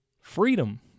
freedom